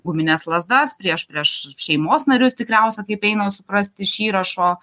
gumines lazdas prieš prieš šeimos narius tikriausia kaip eina suprast iš įrašo